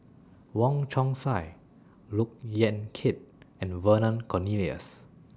Wong Chong Sai Look Yan Kit and Vernon Cornelius